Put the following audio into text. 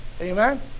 Amen